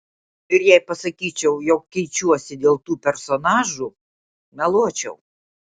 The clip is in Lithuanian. ir jei pasakyčiau jog keičiuosi dėl tų personažų meluočiau